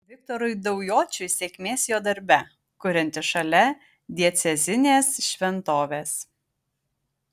viktorui daujočiui sėkmės jo darbe kuriantis šalia diecezinės šventovės